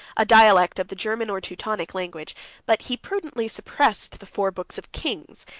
a dialect of the german or teutonic language but he prudently suppressed the four books of kings,